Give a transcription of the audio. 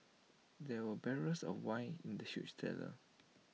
there were barrels of wine in the huge cellar